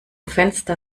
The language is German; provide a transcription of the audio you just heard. fenster